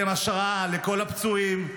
אתם השראה לכל הפצועים,